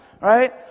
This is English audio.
right